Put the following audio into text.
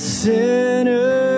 sinner